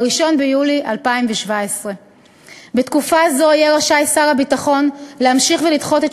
ב-1 ביולי 2017. בתקופה זו יהיה רשאי שר הביטחון להמשיך ולדחות את